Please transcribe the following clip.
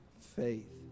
faith